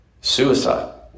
Suicide